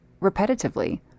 repetitively